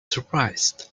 surprised